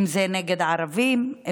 אם זה נגד ערבים,